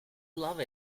love